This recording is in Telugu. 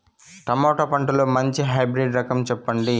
టమోటా పంటలో మంచి హైబ్రిడ్ రకం చెప్పండి?